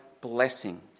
blessing